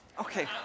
Okay